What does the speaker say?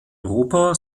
europa